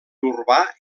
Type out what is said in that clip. urbà